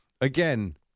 again